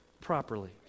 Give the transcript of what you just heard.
properly